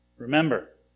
Remember